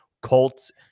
Colts